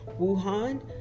Wuhan